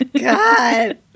God